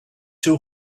two